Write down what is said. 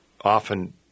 often